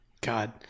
God